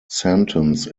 sentence